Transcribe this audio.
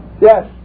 Yes